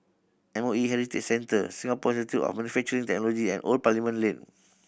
M O E Heritage Centre Singapore Institute of Manufacturing Technology and Old Parliament Lane